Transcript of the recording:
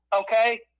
okay